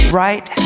right